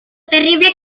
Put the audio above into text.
terrible